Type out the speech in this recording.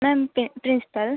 ma'am prin principal